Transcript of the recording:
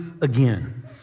again